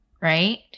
right